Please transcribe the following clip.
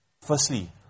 Firstly